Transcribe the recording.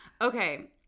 Okay